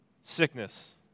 sickness